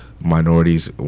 minorities